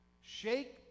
shake